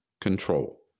control